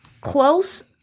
close